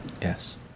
Yes